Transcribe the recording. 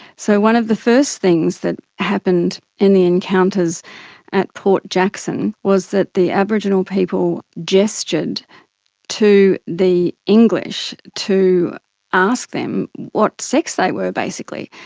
so one of the first things that happened in the encounters at port jackson was that the aboriginal people gestured to the english to ask them what sex they were, basically.